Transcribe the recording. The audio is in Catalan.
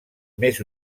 més